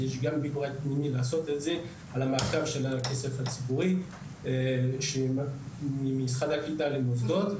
חשוב שיהיה מעקב על הכסף הציבורי שעובר ממשרד הקליטה למוסדות.